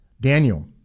Daniel